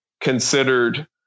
considered